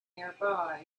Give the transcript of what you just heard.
nearby